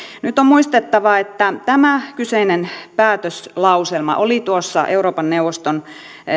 nyt on muistettava että tämä kyseinen päätöslauselma oli tuossa euroopan neuvoston